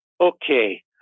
Okay